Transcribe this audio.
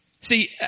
See